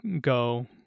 go